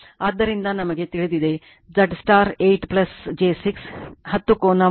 ಆದ್ದರಿಂದ ನಮಗೆ ತಿಳಿದಿದೆ Z ಸ್ಟಾರ್ 8 j 6 10 ಕೋನ 36